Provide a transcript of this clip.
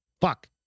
fuck